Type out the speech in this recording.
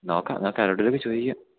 നോക്കാം നോക്കാം എവിടെയെങ്കിലുമൊക്കെ ചോദിക്കാം